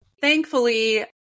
thankfully